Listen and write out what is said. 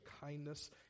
kindness